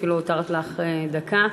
אפילו הותרת לך דקה.